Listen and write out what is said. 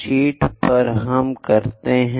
sheet पर हम करते हैं